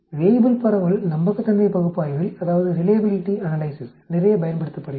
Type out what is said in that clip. Weibull பரவல் நம்பகத்தன்மை பகுப்பாய்வில் நிறையப் பயன்படுத்தப்படுகிறது